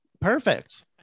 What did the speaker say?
perfect